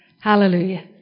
Hallelujah